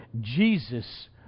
Jesus